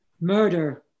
Murder